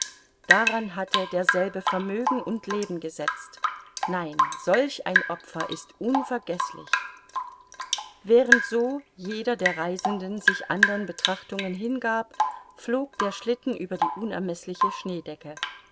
daran hatte derselbe vermögen und leben gesetzt nein solch ein opfer ist unvergeßlich während so jeder der reisenden sich anderen betrachtungen hingab flog der schlitten über die unermeßliche schneedecke